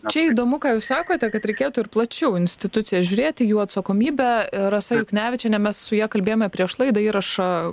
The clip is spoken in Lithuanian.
čia įdomu ką jūs sakote kad reikėtų ir plačiau institucijas žiūrėti jų atsakomybę rasa juknevičienė mes su ja kalbėjome prieš laidą įrašą